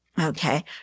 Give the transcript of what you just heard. Okay